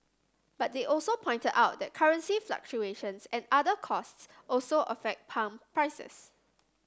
but they also pointed out that currency fluctuations and other costs also affect pump prices